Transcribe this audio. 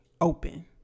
open